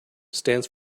stands